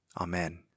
Amen